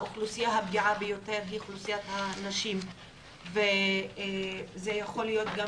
האוכלוסייה הפגיעה ביותר היא אוכלוסיית הנשים וזה יכול להיות גם